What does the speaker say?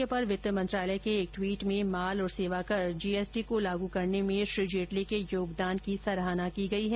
इस मौके पर वित्त मंत्रालय के एक ट्वीट में माल और सेवाकर जीएसटी को लागू करने में श्री जेटली के योगदान की सराहना की गई है